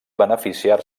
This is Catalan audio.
beneficiar